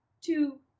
two